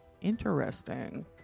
Interesting